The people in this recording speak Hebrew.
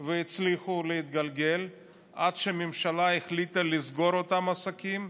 והצליחו להתגלגל עד שהממשלה החליטה לסגור את אותם עסקים,